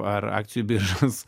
ar akcijų biržas